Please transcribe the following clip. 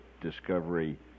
Discovery